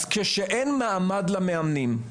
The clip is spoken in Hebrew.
אז כשאין מעמד למאמנים,